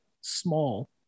small